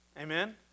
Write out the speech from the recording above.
Amen